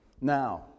Now